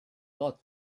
thought